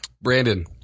Brandon